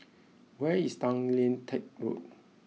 where is Tay Lian Teck Road